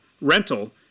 rental